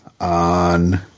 on